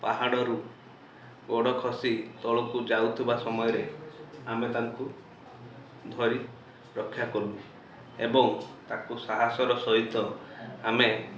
ପାହାଡ଼ରୁ ଗୋଡ଼ ଖସି ତଳୁକୁ ଯାଉଥୁବା ସମୟରେ ଆମେ ତାଙ୍କୁ ଧରି ରକ୍ଷା କଲୁ ଏବଂ ତାକୁ ସାହସର ସହିତ ଆମେ